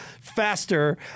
faster